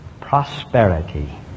prosperity